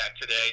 today